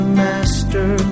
master